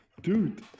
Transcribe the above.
Dude